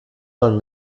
man